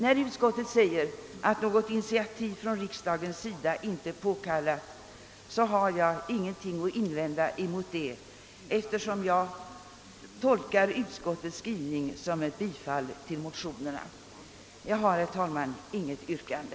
När utskottet säger att något initiativ från riksdagens sida inte är påkallat har jag ingenting att invända mot det, eftersom jag tolkar utskottets skrivning som en tillstyrkan av motionerna. Jag har, herr talman, inget yrkande.